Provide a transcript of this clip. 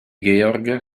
georg